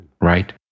Right